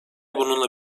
bununla